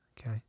Okay